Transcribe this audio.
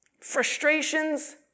frustrations